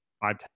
five